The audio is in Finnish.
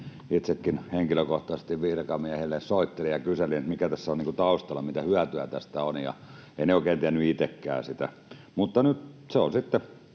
Itsekin henkilökohtaisesti virkamiehelle soittelin ja kyselin, mikä tässä on taustalla, mitä hyötyä tästä on, ja eivät ne oikein tienneet itsekään sitä. Mutta nyt se on sitten